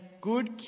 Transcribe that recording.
good